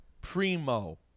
Primo